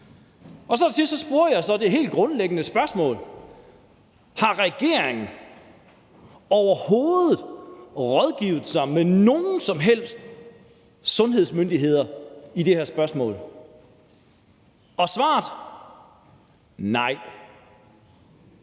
Til sidst stillede jeg så det helt grundlæggende spørgsmål: Har regeringen overhovedet ladet sig rådgive af nogen som helst sundhedsmyndigheder i de her spørgsmål? Svaret var: